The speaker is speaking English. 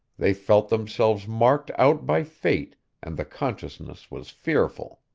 they felt themselves marked out by fate and the consciousness was fearful.